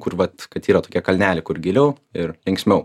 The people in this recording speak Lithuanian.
kur vat kad yra tokie kalneliai kur giliau ir linksmiau